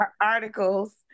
articles